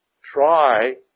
try